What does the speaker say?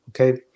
Okay